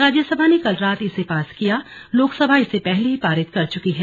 राज्यनसभा ने कल रात इसे पास किया लोकसभा इसे पहले ही पारित कर चुकी है